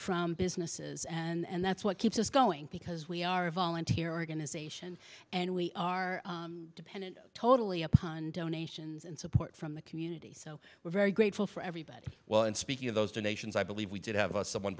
from businesses and that's what keeps us going because we are a volunteer organization and we are dependent totally upon donations and support from the community so we're very grateful for everybody well and speaking of those donations i believe we did have a someone